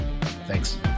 thanks